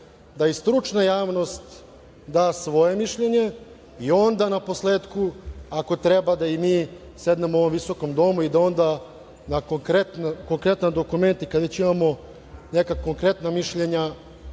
da i stručna javnost da svoje mišljenje i onda naposletku, ako treba da i mi sednemo u ovom visokom domu i da onda na konkretan dokument, kada već imamo neka konkretna mišljenja